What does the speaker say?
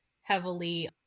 heavily